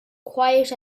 quiet